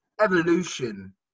evolution